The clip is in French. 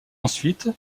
ensuite